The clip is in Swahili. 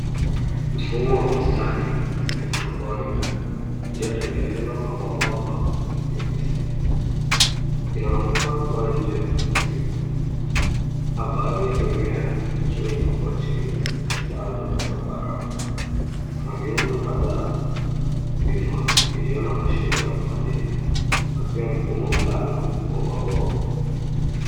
Mfumo wa bustani hydroponic iliyo tengenezwa kwa mabomba ya pvc . Inaonekana kuwa nje usiku na baadhi ya mimea ikiwa inakua chini ya taa za zambarau kuna miundo kadhaa wima iliyo na mashimo ya kupandia na pia mfumo mlalo wa mabomba.